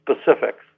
specifics